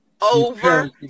Over